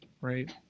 right